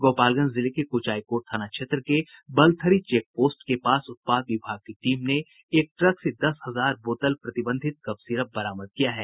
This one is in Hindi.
गोपालगंज जिले के कुचायकोट थाना क्षेत्र के बलथरी चेक पोस्ट के पास उत्पाद विभाग की टीम ने एक ट्रक से दस हजार बोतल प्रतिबंधित कफ सीरप बरामद किया है